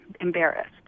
embarrassed